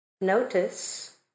Notice